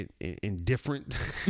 indifferent